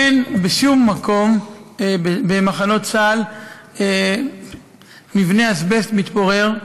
אין בשום מקום במחנות צה"ל מבני אזבסט מתפורר,